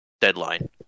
deadline